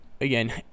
again